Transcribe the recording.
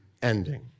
ending